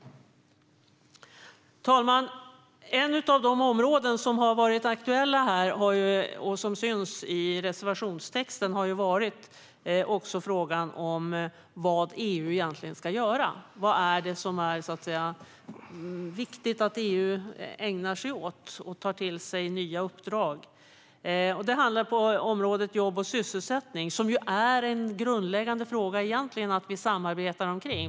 Herr talman! Ett av de områden som har varit aktuella här och som syns i reservationstexten har varit frågan om vad EU egentligen ska göra och vad det så att säga är viktigt att EU ägnar sig åt och tar till sig nya uppdrag kring. Det handlar om området jobb och sysselsättning, som är en grundläggande fråga för oss att samarbeta om.